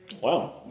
Wow